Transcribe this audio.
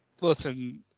listen